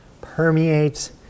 permeates